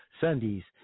Sundays